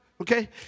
okay